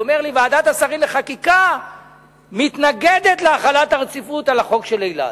הוא אומר לי: ועדת השרים לחקיקה מתנגדת להחלת הרציפות על החוק של אילת,